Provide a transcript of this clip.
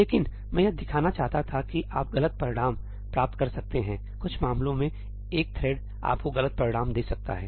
लेकिन मैं यह दिखाना चाहता था कि आप गलत परिणाम सही प्राप्त कर सकते हैं कुछ मामलों में एक थ्रेड् आपको गलत परिणाम दे सकता है